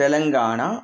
Telangana